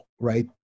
right